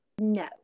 No